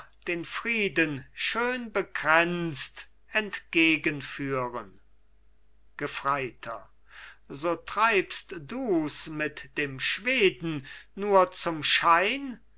den frieden schönbekränzt entgegenführen gefreiter so treibst dus mit dem schweden nur zum schein